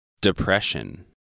Depression